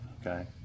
okay